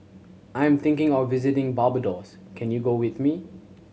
I'm thinking of visiting Barbados can you go with me